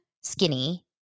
skinny